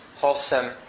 wholesome